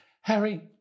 Harry